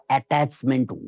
attachment